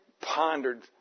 pondered